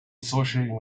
associating